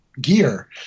gear